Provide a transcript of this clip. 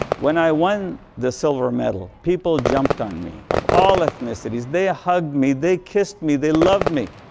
when i won the silver medal, people jumped on me. of all ethnicities, they hugged me, they kissed me, they loved me.